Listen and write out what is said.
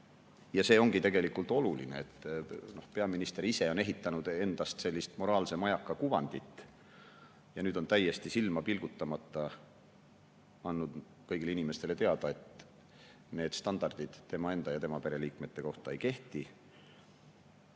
ja see ongi tegelikult oluline, et peaminister ise on ehitanud endast sellist moraalse majaka kuvandit ja nüüd on täiesti silma pilgutamata andnud kõigile inimestele teada, et need standardid tema enda ja tema pereliikmete kohta ei kehti.